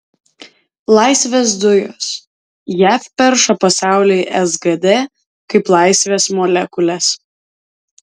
laisvės dujos jav perša pasauliui sgd kaip laisvės molekules